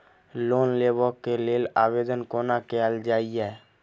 Loan लेबऽ कऽ लेल आवेदन कोना कैल जाइया?